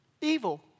evil